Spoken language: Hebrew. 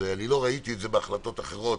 לא ראיתי את זה בהחלטות אחרות.